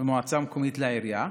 ממועצה מקומית לעירייה.